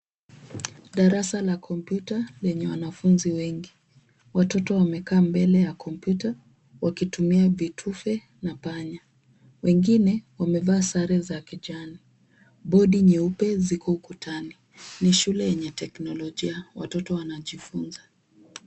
Darasa la kompyuta lenye wanafunzi wengi. Watoto wamekaa mbele ya kompyuta wakitumia vitufe na panya. Wengine wamevaa sare za kijani. Bodi nyeupe ziko ukutani. Ni shule yenye teknolojia watoto wanajifunza.